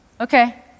okay